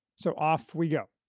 so off we go.